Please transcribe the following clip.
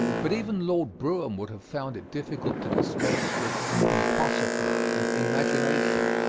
but even lord brougham would have found it difficult to dispense with pomposity and imagination.